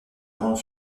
grandes